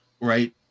right